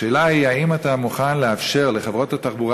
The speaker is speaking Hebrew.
השאלה היא: האם אתה מוכן לאפשר לחברות התחבורה,